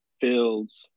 fields